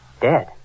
Dead